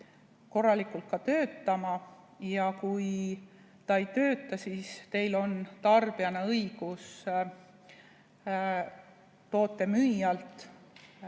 korralikult töötama, ja kui ta ei tööta, siis on teil tarbijana õigus toote müüjalt